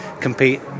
compete